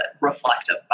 reflective